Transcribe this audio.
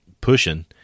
pushing